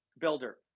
builder